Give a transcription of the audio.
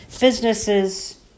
businesses